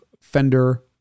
fender